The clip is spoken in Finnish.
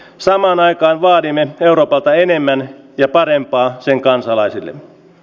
samaan aikaan vaadimme euroopalta enemmän ja parempaa sen kansalaisille